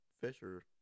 Fisher